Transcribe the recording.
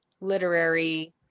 literary